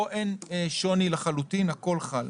פה אין שוני לחלוטין, הכול חל.